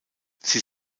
sie